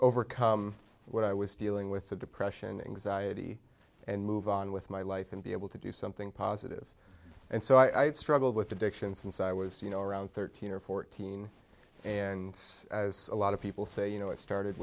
overcome what i was dealing with the depression anxiety and move on with my life and be able to do something positive and so i had struggled with addiction since i was you know around thirteen or fourteen and a lot of people say you know it started